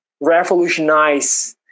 revolutionize